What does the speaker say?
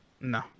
No